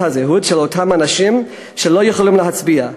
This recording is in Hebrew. הזהות של אותם אנשים שלא יכולים להצביע.